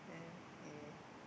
then he